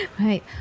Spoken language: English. Right